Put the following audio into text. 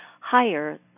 higher